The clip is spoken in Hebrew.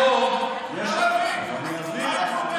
אני מסביר.